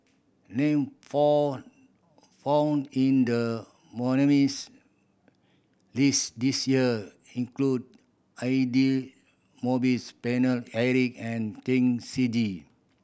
name found found in the nominees' list this year include Aidli Mosbit Paine Eric and Chen Shiji